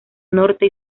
norte